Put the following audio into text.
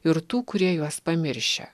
ir tų kurie juos pamiršę